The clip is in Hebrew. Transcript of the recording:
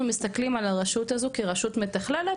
מסתכלים על הרשות הזאת כרשות מתכללת,